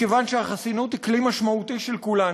מכיוון שהחסינות היא כלי משמעותי של כולנו.